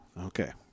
Okay